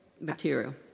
material